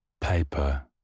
paper